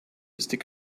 stick